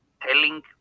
telling